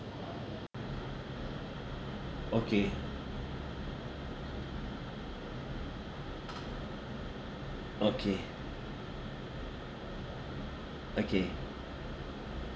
okay okay okay